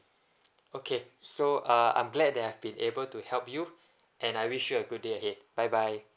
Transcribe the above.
okay so uh I'm glad that I've been able to help you and I wish you a good day ahead bye bye